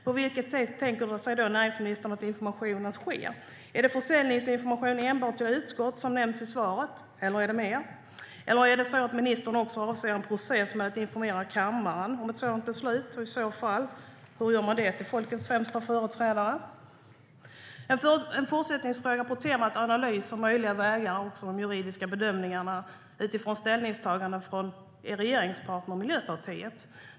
På vilket sätt tänker sig då näringsministern att informationen ska ske? Är det försäljningsinformation enbart till utskott, som nämns i svaret, eller är det mer? Eller är det så att ministern också avser en process där kammaren informeras om ett sådant beslut? I så fall: Hur gör man det till folkets främsta företrädare? Jag har en fortsättningsfråga på temat analys av möjliga vägar och om de juridiska bedömningarna utifrån ställningstaganden från er regeringspartner Miljöpartiet.